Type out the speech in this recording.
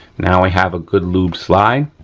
now we have a good lubed slide.